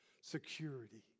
security